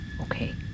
okay